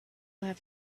have